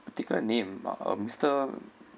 particular name uh mister